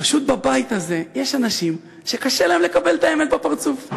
פשוט בבית הזה יש אנשים שקשה להם לקבל את האמת בפרצוף.